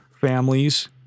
families